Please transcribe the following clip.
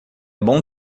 bom